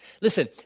Listen